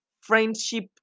friendship